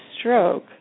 stroke